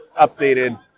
updated